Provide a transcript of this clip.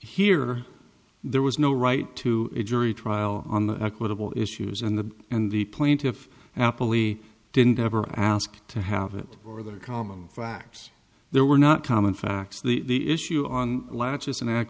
here there was no right to a jury trial on the equitable issues and the and the plaintiff happily didn't ever ask to have it or their common facts there were not common facts the issue on latches and ac